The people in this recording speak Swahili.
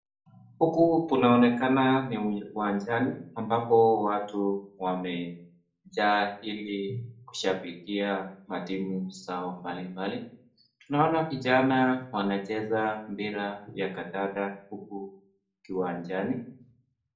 Huku kunaonekana ni uwanjani ambapo watu wamejaa ili kushabikia matimu zao mbalimbali. Tunaona vijana wanacheza mpira ya kandanda huku kiwanjani.